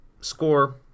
score